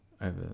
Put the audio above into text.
over